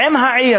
עם העיר